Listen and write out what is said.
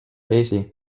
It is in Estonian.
eesti